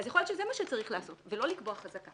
יכול להיות שזה מה שצריך לעשות ולא לקבוע חזקה.